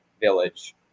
village